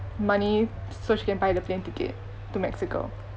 money so she can buy a plane ticket to mexico